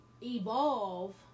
evolve